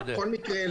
צודק.